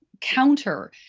counter